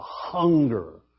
hunger